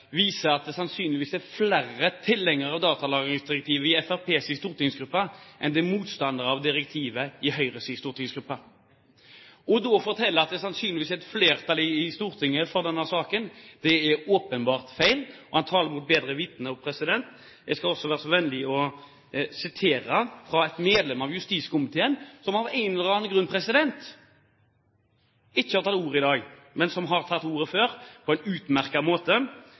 viser at det sannsynligvis er flere tilhengere av datalagringsdirektivet i Fremskrittspartiets stortingsgruppe enn det er motstandere av direktivet i Høyres stortingsgruppe, og da å fortelle at det sannsynligvis er et flertall i Stortinget for denne saken, er åpenbart feil. Han taler også mot bedre vitende. Jeg skal også være så vennlig å sitere fra et medlem av justiskomiteen som av en eller annen grunn ikke har tatt ordet i dag, men som har tatt ordet før og sagt – på en utmerket måte: